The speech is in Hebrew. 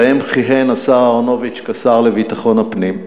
שבהן כיהן השר אהרונוביץ כשר לביטחון הפנים.